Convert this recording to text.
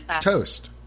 toast